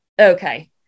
Okay